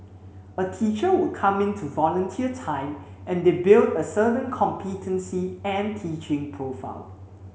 a teacher would come in to volunteer time and they build a certain competency and teaching profile